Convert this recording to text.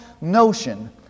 notion